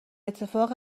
اتفاق